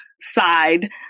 side